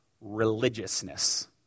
religiousness